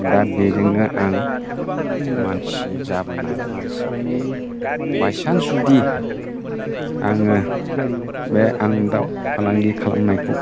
दा बेजोंनो आं मानसि जाबोनाय मानसि बायसान्स जुदि आङो बे आङो दाव फालांगि खालामनायखौ